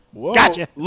Gotcha